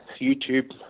YouTube